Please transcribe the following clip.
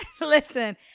Listen